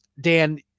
dan